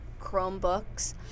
Chromebooks